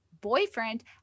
boyfriend